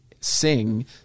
sing